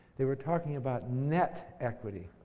they were talking about net equity,